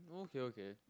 okay okay